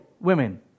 women